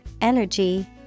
energy